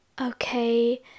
okay